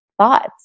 thoughts